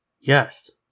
Yes